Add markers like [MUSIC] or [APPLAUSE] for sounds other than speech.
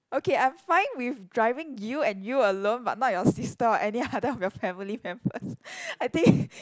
okay I'm fine with driving you and you alone but not your sister or any other of your family members [LAUGHS] I think